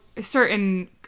certain